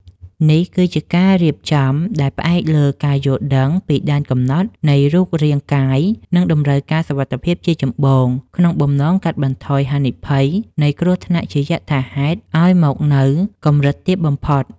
នេះគឺជាការរៀបចំដែលផ្អែកលើការយល់ដឹងពីដែនកំណត់នៃរូបរាងកាយ និងតម្រូវការសុវត្ថិភាពជាចម្បង ក្នុងបំណងកាត់បន្ថយហានិភ័យនៃគ្រោះថ្នាក់ជាយថាហេតុឱ្យមកនៅកម្រិតទាបបំផុត។